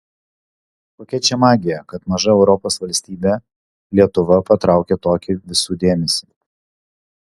kokia čia magija kad maža europos valstybė lietuva patraukia tokį visų dėmesį